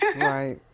right